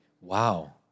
Wow